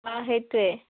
অঁ সেইটোৱে